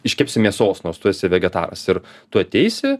iškepsi mėsos nors tu esi vegetaras ir tu ateisi